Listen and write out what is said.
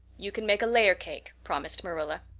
you can make a layer cake, promised marilla.